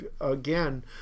again